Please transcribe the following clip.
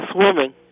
swimming